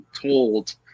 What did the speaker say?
told